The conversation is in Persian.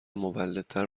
مولدتر